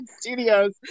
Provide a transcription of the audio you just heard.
Studios